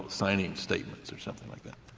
signing statements or something like that.